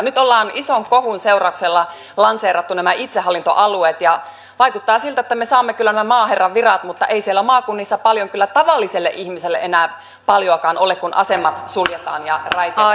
nyt ollaan ison kohun seurauksena lanseerattu nämä itsehallintoalueet ja vaikuttaa siltä että me saamme kyllä nämä maaherran virat mutta ei siellä maakunnissa paljon kyllä tavalliselle ihmiselle enää ole kun asemat suljetaan ja raiteet nollataan